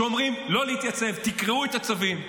ואומרים: לא להתייצב, תקרעו את הצווים,